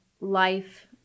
life